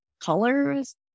colors